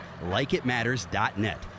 LikeItMatters.net